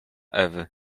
ewy